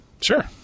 Sure